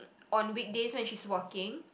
on weekdays when she's working